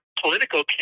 political